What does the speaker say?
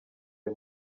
ari